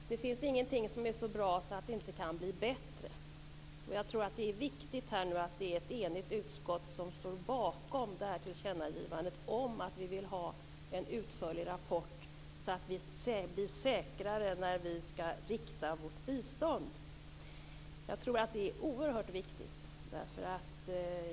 Fru talman! Det finns ingenting som är så bra att det inte kan bli bättre. Jag tror att det är viktigt att det är ett enigt utskott som står bakom det här tillkännagivandet om att vi vill ha en utförlig rapport så att vi blir säkrare när vi skall rikta vårt bistånd. Jag tror att det är oerhört viktigt.